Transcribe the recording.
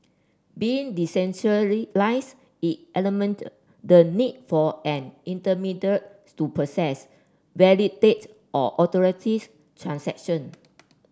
being it eliminate the need for an intermediary to process validate or authorities transaction